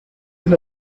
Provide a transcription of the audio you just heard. una